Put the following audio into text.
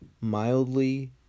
mildly